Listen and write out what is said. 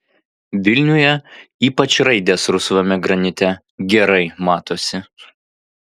vilniuje ypač raidės rusvame granite gerai matosi